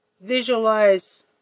Visualize